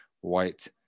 white